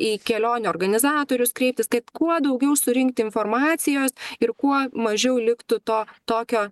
į kelionių organizatorius kreiptis kad kuo daugiau surinkti informacijos ir kuo mažiau liktų to tokio